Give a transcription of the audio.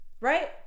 right